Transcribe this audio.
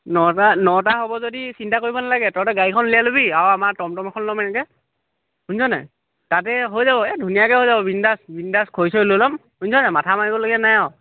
নটা নটা হ'ব যদি চিন্তা কৰিব নালাগে তহঁতৰ গাড়ীখন ওলিয়াই ল'বি আৰু আমাৰ টমটম এখন ল'ম এনেকৈ শুনিছনে নাই তাতে হৈ যাব এই ধুনীয়াকৈ হৈ যাব বিন্দাচ বিন্দাচ খৰি চৰি লৈ ল'ম শুনিছনে নাই মাথা মাৰিবলগীয়া নাই আৰু